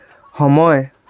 সময়